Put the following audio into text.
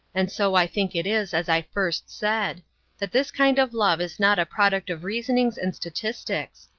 and so i think it is as i first said that this kind of love is not a product of reasonings and statistics.